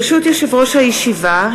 ברשות יושב-ראש הישיבה,